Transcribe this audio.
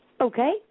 okay